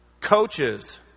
Coaches